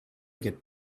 get